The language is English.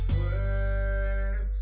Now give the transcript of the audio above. words